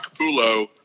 Capullo